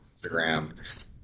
Instagram